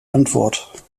antwort